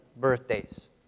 birthdays